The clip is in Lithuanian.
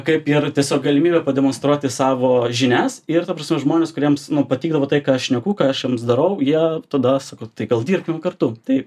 kaip ir tiesiog galimybė pademonstruoti savo žinias ir ta prasme žmonės kuriems patikdavo tai ką šneku ką aš jiems darau jie tada sako tai kad dirbkim kartu tai